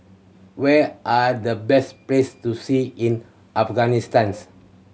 where are the best place to see in Afghanistans